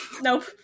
Nope